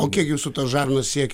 o kiek jūsų tos žarnos siekia